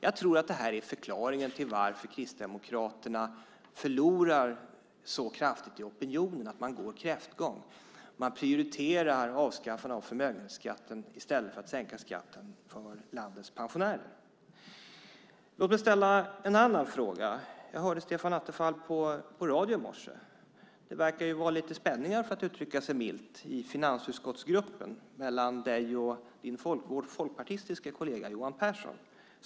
Jag tror att förklaringen till att Kristdemokraterna förlorar så kraftigt i opinionen, att man går kräftgång, är att man prioriterar avskaffandet av förmögenhetsskatten i stället för att sänka skatten för landets pensionärer. Låt mig ta upp en annan fråga. Jag hörde Stefan Attefall på radion i morse. Det verkar vara lite spänningar, för att uttrycka sig milt, i finansutskottsgruppen mellan dig och vår folkpartistiske kollega Johan Pehrson.